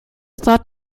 thought